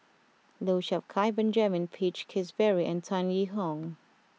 Lau Chiap Khai Benjamin Peach Keasberry and Tan Yee Hong